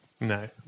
No